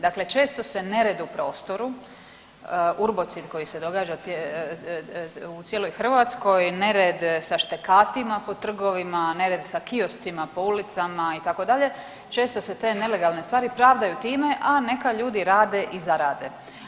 Dakle, često se nered u prostoru, ubrocid koji se događa u cijeloj Hrvatskoj, nered sa štekatima po trgovima, nered sa kioscima po ulicama itd., često se te nelegalne stvari pravdaju time, a neka ljudi rade i zarade.